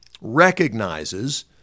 recognizes